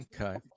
Okay